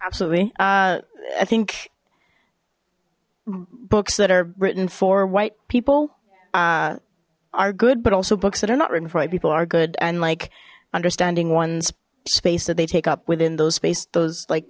absolutely uh i think books that are written for white people are good but also books that are not written for people are good and like understanding one's space that they take up within those space those like